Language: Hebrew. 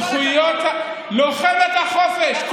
לוחמת החופש.